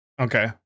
Okay